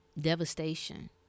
Devastation